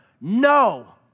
No